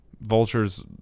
Vulture's